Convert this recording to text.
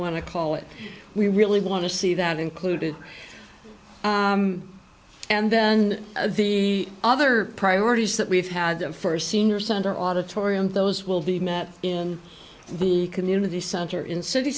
to call it we really want to see that included and then the other priorities that we've had the first senior center auditorium those will be met in the community center in city